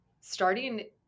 starting